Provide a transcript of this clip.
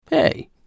Hey